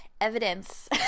evidence